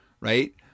right